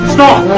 Stop